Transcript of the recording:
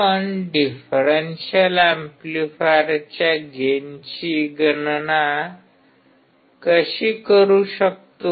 आपण डिफरेंशियल एम्पलीफायरच्या गेनची गणना कशी करू शकतो